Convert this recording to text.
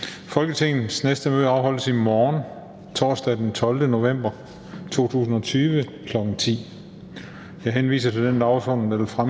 Folketingets næste møde afholdes i morgen, torsdag den 12. november 2020, kl. 10.00. Jeg henviser til den dagsorden,